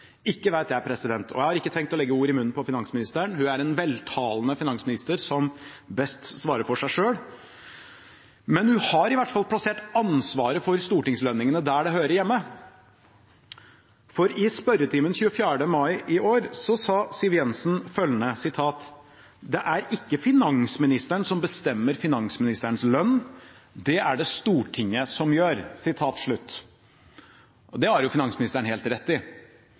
Ikke vet jeg, og jeg har ikke tenkt å legge ord i munnen på finansministeren. Hun er en veltalende finansminister som best svarer for seg selv, men hun har i hvert fall plassert ansvaret for stortingslønningene der det hører hjemme. I spørretimen 24. mai i år sa Siv Jensen følgende: «Det er ikke finansministeren som bestemmer finansministerens lønn, det er det Stortinget som gjør.» Det har jo finansministeren helt rett i.